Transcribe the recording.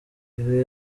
ibe